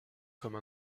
comme